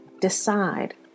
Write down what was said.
decide